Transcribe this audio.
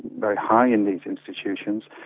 very high in these institutions.